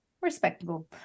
Respectable